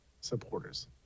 supporters